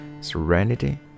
serenity